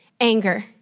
Anger